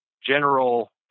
general